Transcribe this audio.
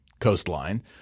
coastline